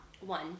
One